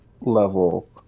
level